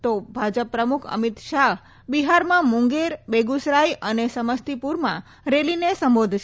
તો ભાજપ પ્રમુખ અમિત શાહ બિહારમાં મુંગેર બેગુસરાઈ અને સમસ્તીપુરમાં રેલીને સંબોધશે